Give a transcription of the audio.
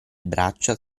braccia